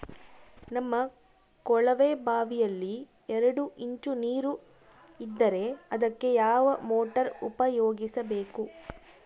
ನಮ್ಮ ಕೊಳವೆಬಾವಿಯಲ್ಲಿ ಎರಡು ಇಂಚು ನೇರು ಇದ್ದರೆ ಅದಕ್ಕೆ ಯಾವ ಮೋಟಾರ್ ಉಪಯೋಗಿಸಬೇಕು?